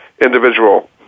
individual